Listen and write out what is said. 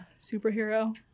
superhero